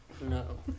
No